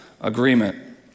agreement